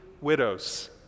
widows